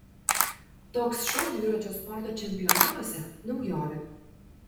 toks šou dviračio sporto čempionatuose naujovė